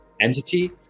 entity